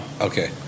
Okay